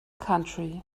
country